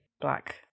black